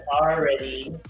already